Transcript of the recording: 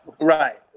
right